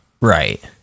Right